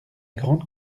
grande